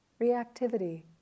reactivity